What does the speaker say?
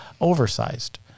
oversized